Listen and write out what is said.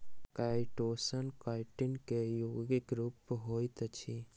chitosan chitin के यौगिक रूप होइत अछि